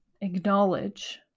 acknowledge